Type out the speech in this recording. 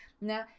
Now